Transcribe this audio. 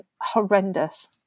horrendous